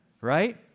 right